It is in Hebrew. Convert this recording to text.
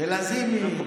ולזימי.